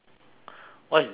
what's demise